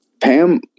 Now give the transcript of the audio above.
Pam